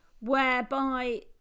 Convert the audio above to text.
whereby